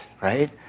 right